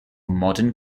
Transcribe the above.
modern